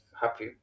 happy